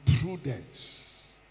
prudence